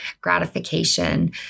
gratification